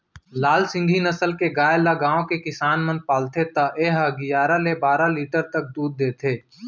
लाल सिंघी नसल के गाय ल गॉँव किसान मन पालथे त ए ह गियारा ले बारा लीटर तक दूद देथे